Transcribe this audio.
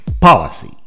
policy